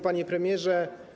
Panie Premierze!